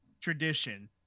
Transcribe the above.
tradition